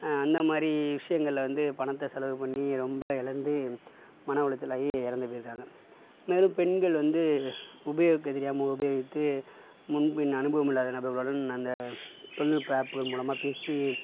அந்த மாதிரி விஷயங்கள்ல வந்து பணத்தை செலவு பண்ணி ரொம்ப இழந்து மன உளைச்சல் ஆகி இறந்து போய் இருக்காங்க இந்த மாதிரி பெண்கள் வந்து உபயோகிக்க தெரியாம உபயோகித்து முன்பின் அனுபவம் இல்லாத நபர்களுடன் அந்த ஆப் மூலமாக பேசி